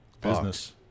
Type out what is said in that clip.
Business